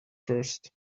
first